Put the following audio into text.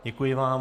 Děkuji vám.